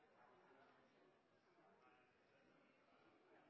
er en